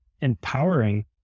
empowering